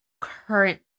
current